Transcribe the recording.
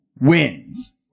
wins